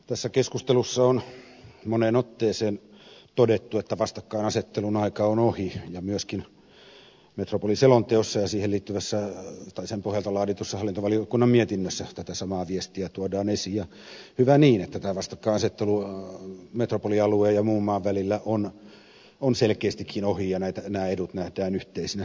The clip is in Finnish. tässä keskustelussa on moneen otteeseen todettu että vastakkainasettelun aika on ohi ja myöskin metropoliselonteossa ja sen pohjalta laaditussa hallintovaliokunnan mietinnössä tätä samaa viestiä tuodaan esiin ja hyvä niin että tämä vastakkainasettelu metropolialueen ja muun maan välillä on selkeästikin ohi ja nämä edut nähdään yhteisinä